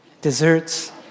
desserts